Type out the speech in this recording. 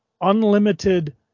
unlimited